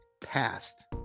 passed